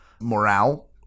morale